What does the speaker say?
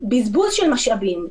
זה בזבוז של משאבים.